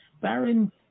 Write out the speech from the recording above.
Baron